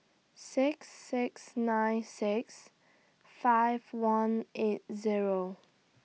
six six nine six five one eight Zero